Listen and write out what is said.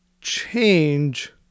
change